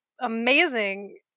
amazing